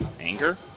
Anger